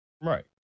Right